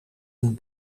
een